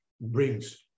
brings